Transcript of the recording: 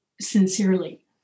sincerely